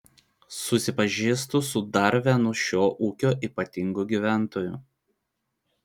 susipažįstu su dar vienu šio ūkio ypatingu gyventoju